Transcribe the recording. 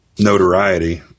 notoriety